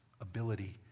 ability